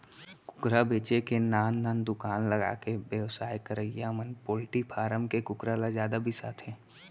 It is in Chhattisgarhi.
कुकरा बेचे के नान नान दुकान लगाके बेवसाय करवइया मन पोल्टी फारम के कुकरा ल जादा बिसाथें